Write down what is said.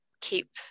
keep